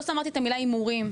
לא שמות את המילה: "הימורים",